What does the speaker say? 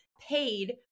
paid